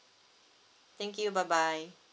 thank you bye bye